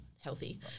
Healthy